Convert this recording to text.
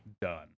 done